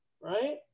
right